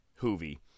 Hoovy